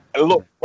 Look